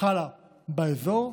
החלה באזור,